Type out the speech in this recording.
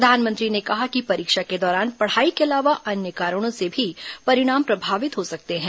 प्रधानमंत्री ने कहा कि परीक्षा के दौरान पढ़ाई के अलावा अन्य कारणों से भी परिणाम प्रभावित हो सकते हैं